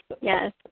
Yes